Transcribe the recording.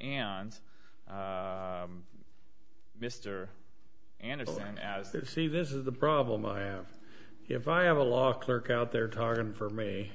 anatolian as they see this is the problem i have if i have a law clerk out there tarn for me